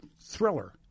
thriller